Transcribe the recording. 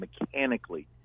mechanically